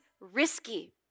risky